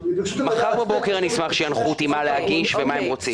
מחר בבוקר אני אשמח שינחו אותי מה להגיש ומה הם רוצים.